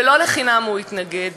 ולא לחינם הוא התנגד